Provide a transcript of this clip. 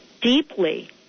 deeply